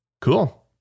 Cool